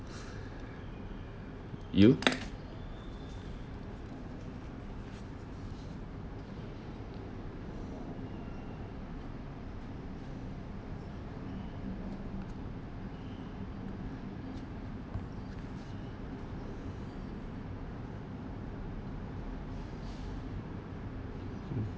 you